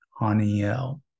Haniel